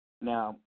Now